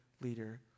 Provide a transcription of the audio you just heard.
leader